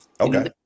Okay